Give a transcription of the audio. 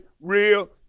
real